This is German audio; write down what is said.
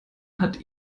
hat